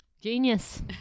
genius